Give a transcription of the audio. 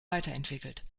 weiterentwickelt